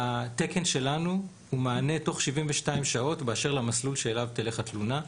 התקן שלנו הוא מענה תוך 72 שעות באשר למסלול שאליו תלך התלונה,